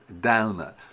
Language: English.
downer